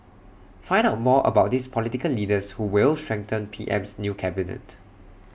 find out more about these political leaders who will strengthen P M's new cabinet